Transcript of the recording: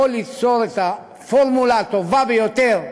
יכול ליצור את הפורמולה הטובה ביותר,